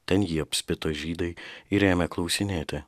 ten jį apspito žydai ir ėmė klausinėti